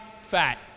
fat